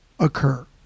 occur